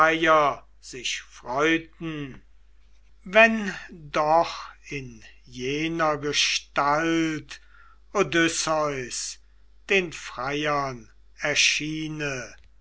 sich freuten wenn doch in jener gestalt odysseus den freiern erschiene